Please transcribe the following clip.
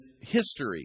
history